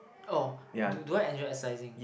oh do do I enjoy exercising